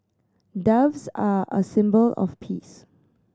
doves are a symbol of peace